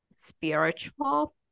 Spiritual